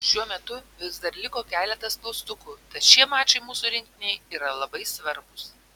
šiuo metu vis dar liko keletas klaustukų tad šie mačai mūsų rinktinei yra labai svarbūs